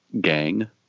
gang